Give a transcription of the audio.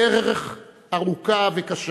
הדרך ארוכה וקשה,